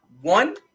One